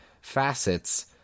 facets